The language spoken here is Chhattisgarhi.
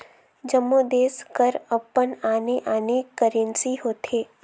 जम्मो देस कर अपन आने आने करेंसी होथे